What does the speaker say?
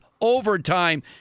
overtime